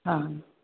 हा